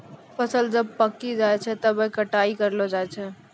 फसल जब पाक्की जाय छै तबै कटाई करलो जाय छै